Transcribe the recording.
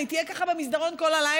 מה, היא תהיה ככה במסדרון כל הלילה?